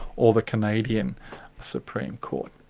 or the canadian supreme court.